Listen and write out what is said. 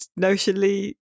notionally